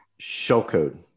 shellcode